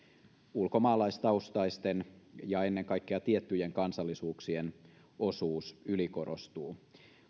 ulkomaalaistaustaisten ja ennen kaikkea tiettyjen kansallisuuksien osuus ylikorostuu